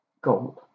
Gold